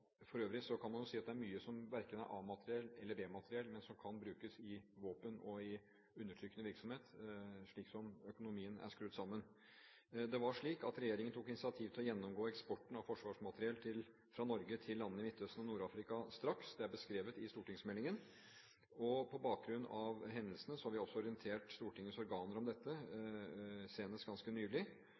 For øvrig kan man jo si at det er mye som verken er A-materiell eller B-materiell, men som kan brukes i våpen og i undertrykkende virksomhet, slik som økonomien er skrudd sammen. Det er slik at regjeringen tok initiativ til å gjennomgå eksporten av forsvarsmateriell fra Norge til landene i Midtøsten og Nord-Afrika straks – det er beskrevet i stortingsmeldingen – og på bakgrunn av hendelsene har vi også orientert Stortingets organer om dette, senest ganske nylig.